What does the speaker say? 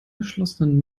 geschlossenen